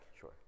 Sure